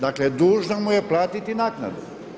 Dakle, dužna mu je platiti naknadu.